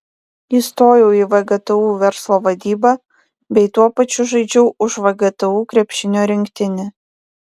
įstojau į vgtu verslo vadybą bei tuo pačiu žaidžiau už vgtu krepšinio rinktinę